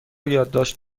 یادداشت